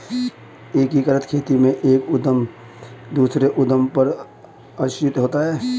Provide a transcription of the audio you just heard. एकीकृत खेती में एक उद्धम दूसरे उद्धम पर आश्रित होता है